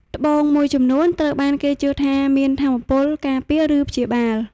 ត្បូងមួយចំនួនត្រូវបានគេជឿថាមានថាមពលការពារ ឬព្យាបាល។